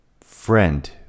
friend